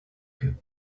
queue